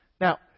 Now